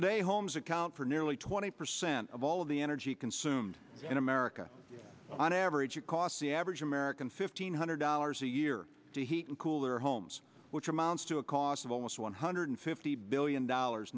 today homes account for nearly twenty percent of all of the energy consumed in america on average it costs the average american fifteen hundred dollars a year to heat and cool their homes which amounts to a cost of almost one hundred fifty billion dollars